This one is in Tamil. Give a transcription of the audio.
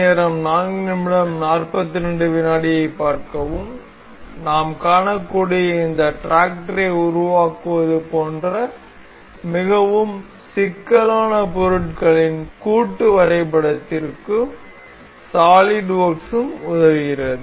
நாம் காணக்கூடிய இந்த டிராக்டரை உருவாக்குவது போன்ற மிகவும் சிக்கலான பொருட்களின் கூட்டு வரபட்த்திற்க்கும் சாலிட்வொர்க்ஸ் உதவுகிறது